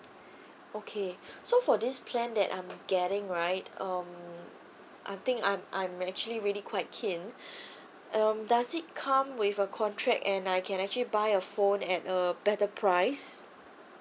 okay so for this plan that I'm getting right um I think I'm I'm actually really quite keen um does it come with a contract and I can actually buy a phone at a better price